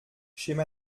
chez